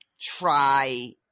try